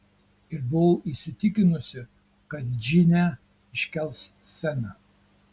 ir buvau įsitikinusi kad džine iškels sceną